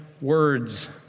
words